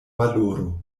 valoro